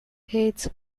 hates